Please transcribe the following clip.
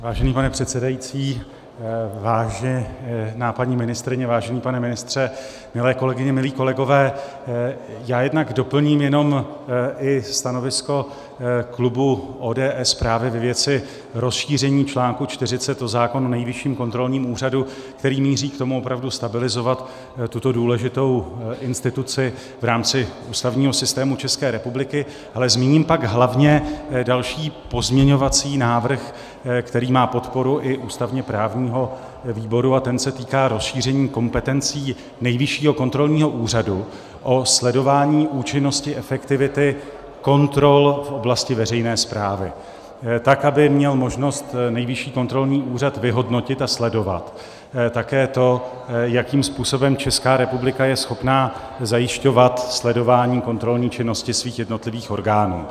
Vážený pane předsedající, vážená paní ministryně, vážený pane ministře, milé kolegyně, milí kolegové, já jednak doplním jenom stanovisko klubu ODS právě ve věci rozšíření článku 40 zákona o Nejvyšším kontrolním úřadu, který míří k tomu, opravdu stabilizovat tuto důležitou instituci v rámci ústavního systému České republiky, ale zmíním pak hlavně další pozměňovací návrh, který má podporu i ústavněprávního výboru, a ten se týká rozšíření kompetencí Nejvyššího kontrolního úřadu o sledování účinnosti a efektivity kontrol v oblasti veřejné správy tak, aby měl NKÚ možnost vyhodnotit a sledovat také to, jakým způsobem Česká republika je schopna zajišťovat sledování kontrolní činnosti svých jednotlivých orgánů.